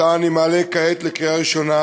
שאני מעלה כעת לקריאה ראשונה